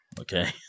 Okay